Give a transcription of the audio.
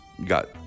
Got